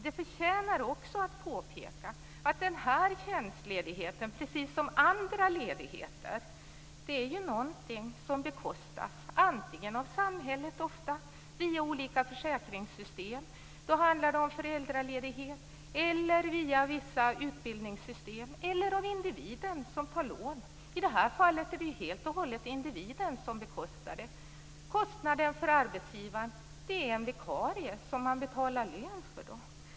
Det förtjänar också att påpekas att denna tjänstledighet precis som andra ledigheter är något som bekostas antingen av samhället, ofta via olika försäkringssystem, som när det t.ex. handlar om föräldraledighet och via vissa utbildningssystem, eller av individen som tar lån. I det här fallet är det helt och hållet individen som bekostar det hela. Kostnaden för arbetsgivaren är en vikarie som han eller hon betalar lön för.